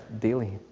daily